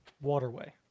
waterway